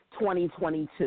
2022